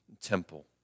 temple